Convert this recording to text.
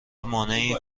مانعی